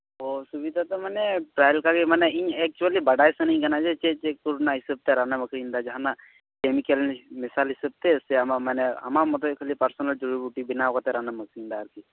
ᱚᱥᱩᱵᱤᱫᱟ ᱫᱚ ᱢᱟᱱᱮ ᱯᱨᱟᱭ ᱞᱮᱠᱟ ᱜᱮ ᱤᱧ ᱢᱟᱱᱮ ᱤᱧ ᱮᱠᱪᱩᱭᱮᱞᱤ ᱵᱟᱰᱟᱭ ᱥᱟᱱᱟᱧ ᱠᱟᱱᱟ ᱡᱮ ᱪᱮᱫ ᱪᱮᱫ ᱠᱚᱨᱮᱱᱟᱜ ᱦᱤᱥᱟᱹᱵ ᱛᱮ ᱨᱟᱱᱮᱢ ᱟᱹᱠᱷᱨᱤᱧ ᱮᱫᱟ ᱡᱟᱦᱟᱱᱟᱜ ᱠᱮᱢᱤᱠᱮᱞ ᱢᱮᱥᱟᱞ ᱦᱤᱥᱟᱹᱵᱛᱮ ᱥᱮ ᱟᱢᱟᱜ ᱢᱟᱱᱮ ᱟᱢᱟᱜ ᱢᱚᱛᱚᱡ ᱠᱷᱟᱹᱞᱤ ᱯᱟᱨᱥᱚᱱᱟᱞ ᱡᱩᱲᱤᱵᱩᱴᱤ ᱵᱮᱱᱟᱣ ᱠᱟᱛᱮ ᱨᱟᱱᱮᱢ ᱟᱹᱠᱷᱨᱤᱧ ᱮᱫᱟ ᱟᱨᱠᱤ